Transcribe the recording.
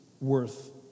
worth